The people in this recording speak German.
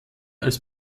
als